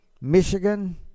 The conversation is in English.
michigan